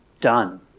done